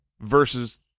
versus